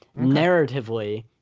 narratively